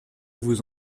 vous